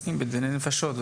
שאנחנו מתעסקים בדיני נפשות.